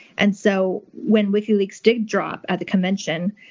and so when wikileaks did drop at the convention,